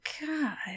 God